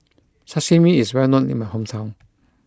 Sashimi is well known in my hometown